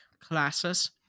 classes